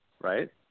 right